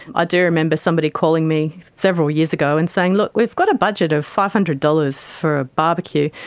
ah do remember somebody calling me several years ago and saying, look, we've got a budget of five hundred dollars for a barbecue,